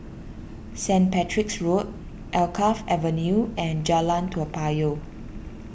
Saint Patrick's Road Alkaff Avenue and Jalan Toa Payoh